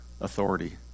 authority